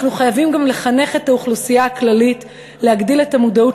אנחנו חייבים גם לחנך את האוכלוסייה הכללית ולהגדיל את המודעות